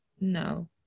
No